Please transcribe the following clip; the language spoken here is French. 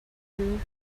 fut